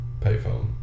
payphone